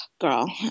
girl